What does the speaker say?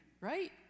right